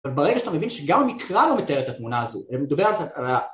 אבל ברגע שאתה מבין שגם המקרא לא מתאר את התמונה הזו, מדובר על...